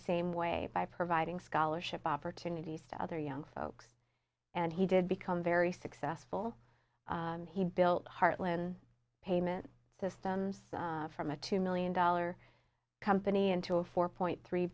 same way by providing scholarship opportunities to other young folks and he did become very successful he built heartland payment systems from a two million dollar company into a four point three